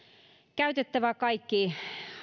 käytettävä kaikki